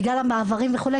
בגלל המערבים וכו',